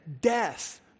Death